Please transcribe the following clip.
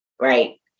right